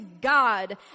God